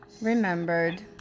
remembered